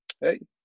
hey